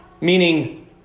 meaning